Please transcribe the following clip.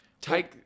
take